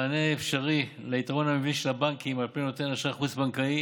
מענה אפשרי ליתרון המבני של הבנקים על פני נותן אשראי חוץ-בנקאי